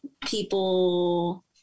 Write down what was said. people